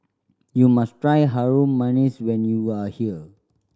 you must try Harum Manis when you are here